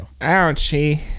Ouchie